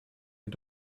and